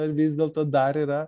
ar vis dėlto dar yra